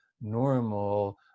normal